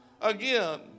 again